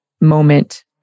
moment